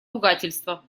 ругательство